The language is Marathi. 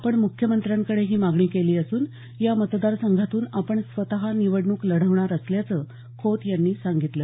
आपण मुख्यमंत्र्यांकडे ही मागणी असून या मतदार संघातून आपण स्वत निवडणूक लढवणार असल्याचं खोत यांनी सांगितलं